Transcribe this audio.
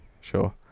sure